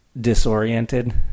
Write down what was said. disoriented